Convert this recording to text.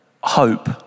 hope